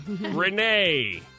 Renee